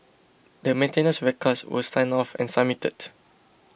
the maintenance records were signed off and submitted